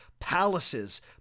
Palaces